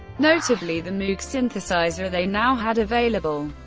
notably the moog synthesizer they now had available.